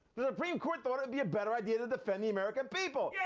the supreme court thought it'd be a better idea to defend the american people. yeah